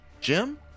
Jim